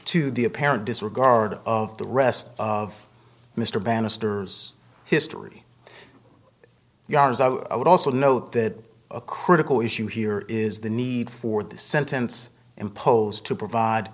to the apparent disregard of the rest of mr bannister history would also note that a critical issue here is the need for the sentence imposed to provide